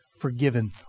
forgiven